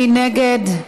מי נגד?